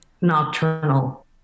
nocturnal